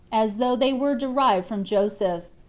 as though they were derived from joseph,